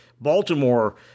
Baltimore